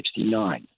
1969